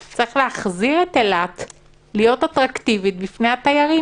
צריך להחזיר את אילת להיות אטרקטיבית בפני התיירים.